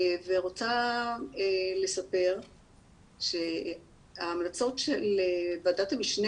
ואני רוצה לספר שההמלצות של ועדת המשנה